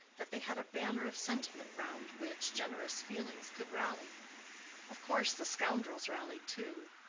that they had a banner of sentiment round which generous feelings could rally of course, the scoundrels rallied too,